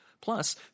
Plus